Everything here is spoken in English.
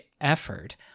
effort